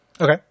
Okay